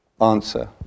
answer